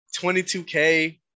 22K